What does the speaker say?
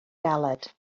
galed